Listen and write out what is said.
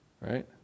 right